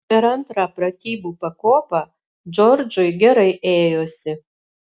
per antrą pratybų pakopą džordžui gerai ėjosi